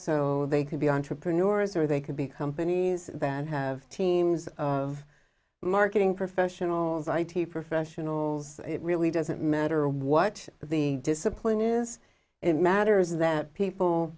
so they could be entrepreneurs or they could be companies that have teams of marketing professionals i t professionals it really doesn't matter what the discipline is it matters that people